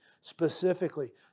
specifically